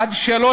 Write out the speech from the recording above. עד שלא